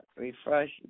refresh